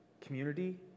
community